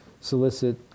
solicit